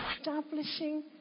Establishing